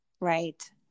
Right